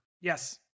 Yes